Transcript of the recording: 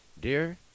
Dear